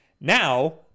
Now